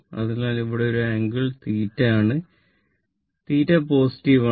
അതിനാൽ ഇവിടെ ഒരു ആംഗിൾ θ ആണ് θ പോസിറ്റീവ് ആണ്